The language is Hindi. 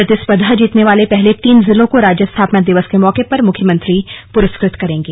प्रतिस्पर्धा जीतने वाले पहले तीन जिलों को राज्य स्थापना दिवस के मौके पर मुख्यमंत्री प्रस्कृत करेंगे